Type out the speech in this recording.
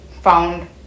found